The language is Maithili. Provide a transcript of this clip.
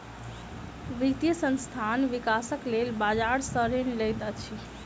वित्तीय संस्थान, विकासक लेल बजार सॅ ऋण लैत अछि